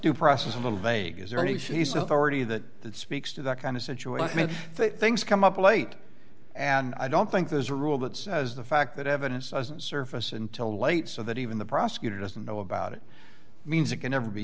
due process of a vague is there any she's already that that speaks to that kind of situation things come up late and i don't think there's a rule that says the fact that evidence doesn't surface until late so that even the prosecutor doesn't know about it means it can never be